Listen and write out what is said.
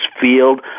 field